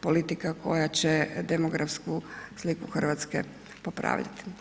politika koja će demografsku sliku Hrvatske popraviti.